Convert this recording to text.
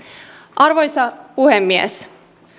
arvoisa puhemies